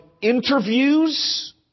interviews